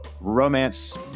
romance